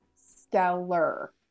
stellar